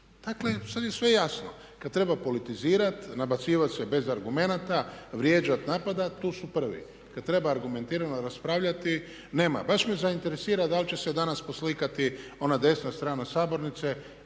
Dakle sad je sve jasno. Kad treba politizirati, nabacivat se bez argumenata, vrijeđat, napadat tu su prvi. Kad treba argumentirano raspravljati nema, baš me zainteresira da li će se danas poslikati ona desna strana sabornice